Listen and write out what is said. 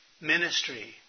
ministry